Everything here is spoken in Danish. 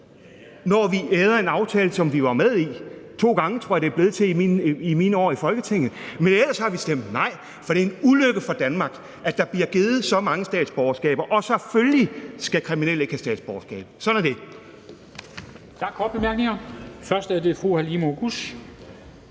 med en aftale, som vi var med i – to gange, tror jeg, er det blevet til i mine år i Folketinget. Men ellers har vi stemt nej, for det er en ulykke for Danmark, at der bliver givet så mange statsborgerskaber, og selvfølgelig skal kriminelle ikke have statsborgerskab. Sådan er det. Kl. 14:20 Formanden (Henrik